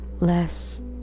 less